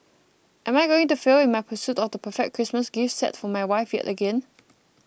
am I going to fail in my pursuit of the perfect Christmas gift set for my wife yet again